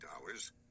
hours